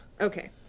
Okay